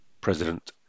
President